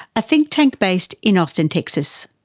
a think tank based in austin, texas.